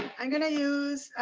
i'm gonna use